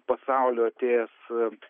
pasaulio atėjęs